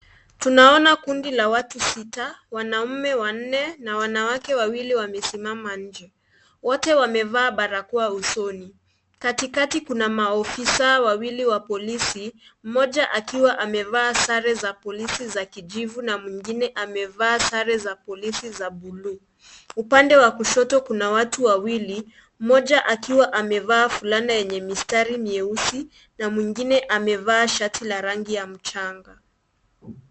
Tunaona kundi la watu sita wanaume wanne na wanawake wawili wamesimama nje. Wote wamevaa barakoa usoni. Katikati kuna maofisa wawili wa polisi moja akiwa amevaa sare za polisi za kijivu na mwingine amevaa sare za polisi za bluu. Upande wa kushoto kuna watu wawili, moja akiwa amevaa fulana yenye mistari meusi na mwingine amevaa shati la rangi ya mchanga.